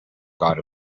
got